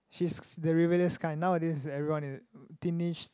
she's the rebellious kind nowadays everyone in teenage